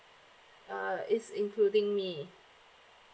uh is including me